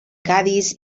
cadis